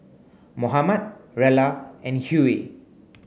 Mohamed Rella and Hughey